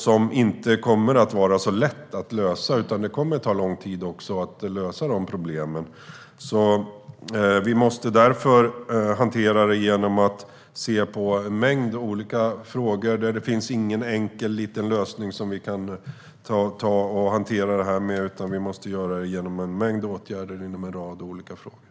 Det kommer inte att vara så lätt att lösa, utan det kommer att ta lång tid att komma till rätta med de problemen. Vi måste se på en mängd olika frågor. Det finns ingen enkel liten lösning som vi kan använda för att hantera detta. Det måste till en mängd åtgärder inom en rad olika områden.